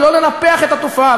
ולא לנפח את התופעה.